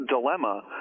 dilemma